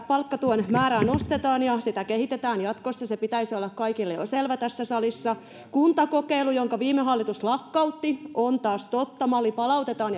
palkkatuen määrää nostetaan ja sitä kehitetään jatkossa sen pitäisi olla kaikille jo selvä tässä salissa kuntakokeilu jonka viime hallitus lakkautti on taas totta malli palautetaan